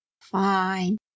fine